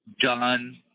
done